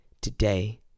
today